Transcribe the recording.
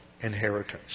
inheritance